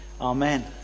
Amen